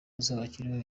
uzabakiriho